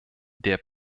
der